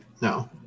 No